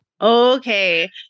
Okay